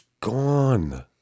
gone